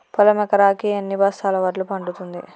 పొలం ఎకరాకి ఎన్ని బస్తాల వడ్లు పండుతుంది?